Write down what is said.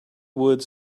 woods